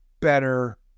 better